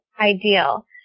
ideal